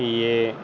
ਯੇਹ